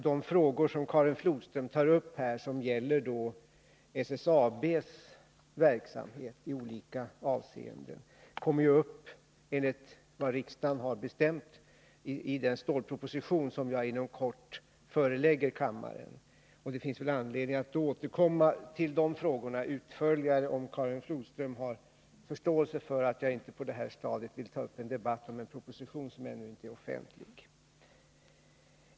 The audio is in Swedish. De frågor Karin Flodström tar upp om SSAB:s verksamhet i olika avseenden kommer, enligt vad riksdagen har bestämt, att behandlas i den stålproposition som jag inom kort förelägger kammaren, och det finns väl anledning att då återkomma utförligare till den. Jag hoppas att Karin Flodström har förståelse för att jag inte på det här stadiet vill ta upp en debatt om en proposition som ännu inte är offentlig.